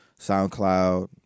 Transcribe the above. SoundCloud